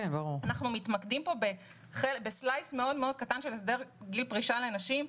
אנחנו מתמקדים פה בחתיכה קטנה מאוד של הסדר גיל פרישה לנשים.